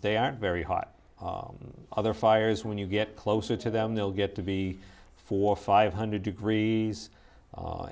they aren't very hot other fires when you get closer to them they'll get to be four five hundred degrees